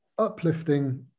uplifting